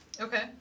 Okay